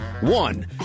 One